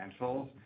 financials